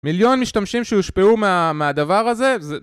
מיליון משתמשים שהושפעו מהדבר הזה?